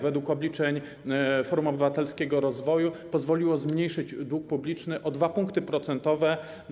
Według obliczeń Forum Obywatelskiego Rozwoju pozwoliło to zmniejszyć dług publiczny o 2 punkty procentowe.